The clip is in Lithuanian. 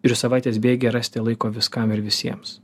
ir savaitės bėgyje rasti laiko viskam ir visiems